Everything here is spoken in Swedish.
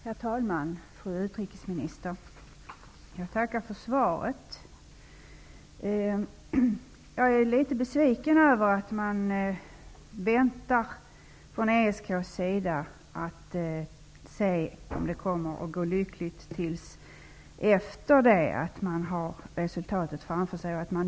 Herr talman! Fru utrikesminister! Jag tackar för svaret. Jag är litet besviken över att ESK väntar till dess man har resultatet framför sig, för att se om det kommer att gå lyckligt.